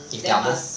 if they are both